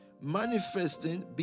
manifesting